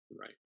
Right